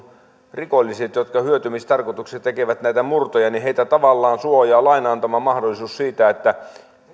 rikollisia jotka hyötymistarkoituksessa tekevät murtoja tavallaan suojaa lain antama mahdollisuus siihen että